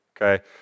Okay